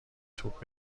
توپ